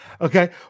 Okay